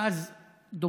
דובר אז הרבה,